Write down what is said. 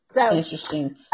Interesting